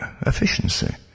Efficiency